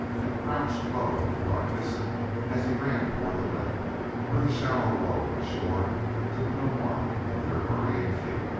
and crouched low in the darkness as he ran toward the lake where the shallow water of the shore took no mark of their hurrying feet.